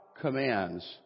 commands